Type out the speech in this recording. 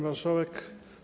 Marszałek!